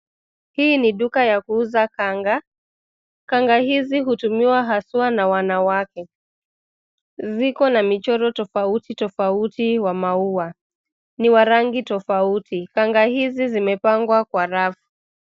Hii ni duka ya kuuza kanga. Kanga hizi hutumiwa haswa na wanawake. Ziko na michoro tofauti tofauti wa maua. Ni wa rangi tofauti. Kanga hizi zimepangwa kwa rafu.